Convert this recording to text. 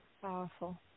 Powerful